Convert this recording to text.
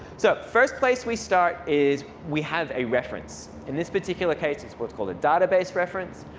so first place we start is we have a reference. in this particular case, it's what's called a database reference.